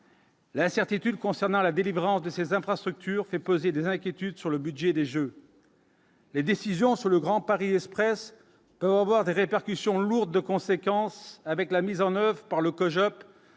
L'incertitude concernant la délivrance de ces infrastructures fait poser des inquiétudes sur le budget des Jeux. Les décisions sur le Grand Paris Express avoir des répercussions lourd de conséquences, avec la mise en 9 par le COJO